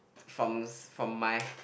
from my